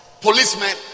Policemen